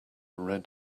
red